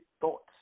thoughts